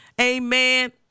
Amen